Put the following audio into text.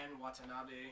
Watanabe